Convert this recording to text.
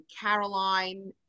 Caroline